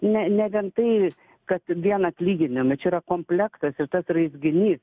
ne ne vien tai kad vien atlyginimai čia yra komplektas ir tas raizginys